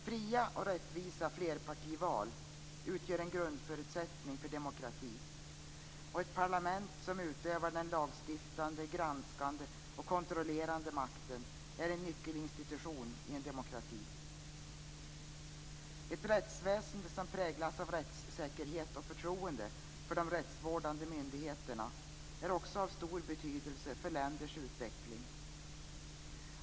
Fria och rättvisa flerpartival utgör en grundförutsättning för demokrati, och ett parlament som utövar den lagstiftande, granskande och kontrollerande makten är en nyckelinstitution i en demokrati. Ett rättsväsende som präglas av rättssäkerhet och förtroende för de rättsvårdande myndigheterna är också av stor betydelse för länders utveckling.